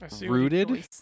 rooted